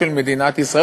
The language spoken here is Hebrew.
של מדינת ישראל,